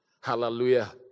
Hallelujah